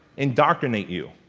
indoctrinate you.